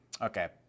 Okay